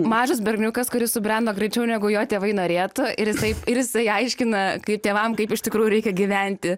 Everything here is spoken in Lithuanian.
mažas berniukas kuris subrendo greičiau negu jo tėvai norėtų ir jisai ir jisai aiškina kai tėvam kaip iš tikrųjų reikia gyventi